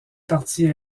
partie